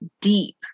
deep